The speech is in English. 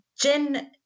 gin